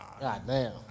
Goddamn